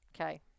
Okay